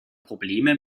probleme